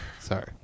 sorry